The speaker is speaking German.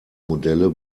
modelle